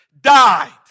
died